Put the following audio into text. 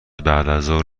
بعدازظهر